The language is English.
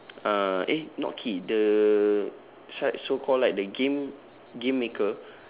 uh eh not key the sorry so called like the game game maker